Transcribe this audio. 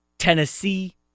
Tennessee